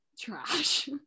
trash